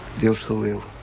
those who